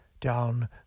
down